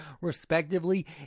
respectively